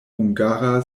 hungara